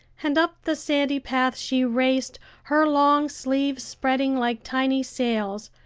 and up the sandy path she raced, her long sleeves spreading like tiny sails,